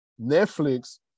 Netflix